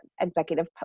executive